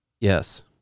Yes